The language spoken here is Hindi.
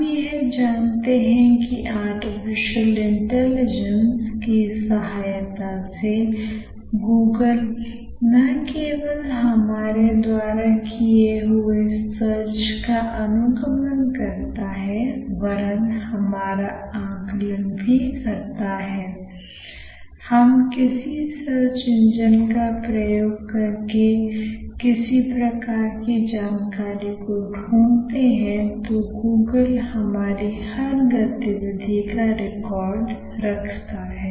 हम यह जानते हैं की आर्टिफिशियल इंटेलिजेंस की सहायता से गूगल ना केवल हमारे द्वारा किए हुए सर्च का अनुगमन करता है वरन हमारा आकलन भी करता हैI हम किसी सर्च इंजन का प्रयोग करके किसी प्रकार की जानकारी को ढूंढते हैं तो गूगल हमारी हर गतिविधि का एक रिकॉर्ड रखता है